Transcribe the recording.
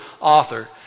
author